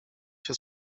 się